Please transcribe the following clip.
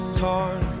torn